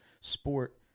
sport